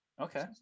Okay